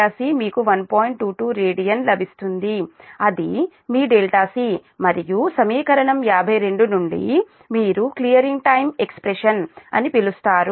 22 radian లభిస్తుంది అది మీ c మరియు సమీకరణం 52 నుండి మీరు క్లియరింగ్ టైమ్ ఎక్స్ప్రెషన్ అని పిలుస్తారు